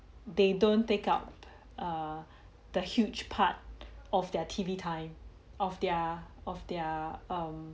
they don't take up err the huge part of their T_V time of their of their um